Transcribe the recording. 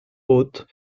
hôte